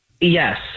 Yes